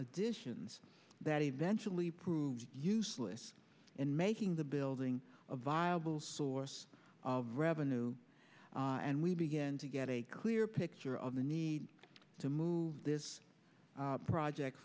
additions that eventually proved useless in making the building a viable source of revenue and we begin to get a clear picture of the need to move this project